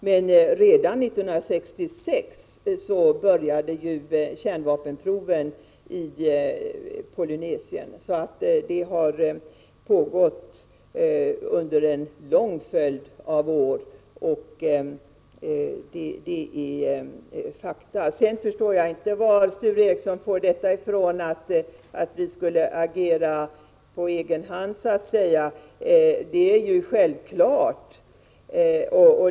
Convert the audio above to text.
Redan 1966 började emellertid kärnvapenproven att utföras i Polynesien, så de har pågått under en lång följd av år. Jag förstår inte vad Sture Ericson menar med att centerpartiets förslag skulle innebära att Sverige agerar på egen hand.